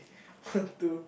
one two